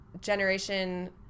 Generation